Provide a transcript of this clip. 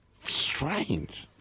Strange